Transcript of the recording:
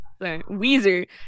Weezer